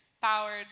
powered